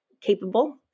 capable